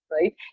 right